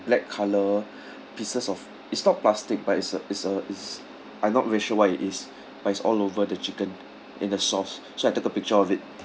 black colour pieces of it's not plastic but is a is a is I'm not very sure what it is but it's all over the chicken and the sauce so I took a picture of it